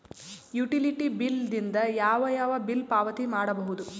Utility bill ದಿಂದ ಯಾವ ಯಾವ ಬಿಲ್ ಪಾವತಿ ಮಾಡಬಹುದು?